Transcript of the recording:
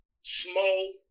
small